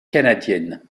canadienne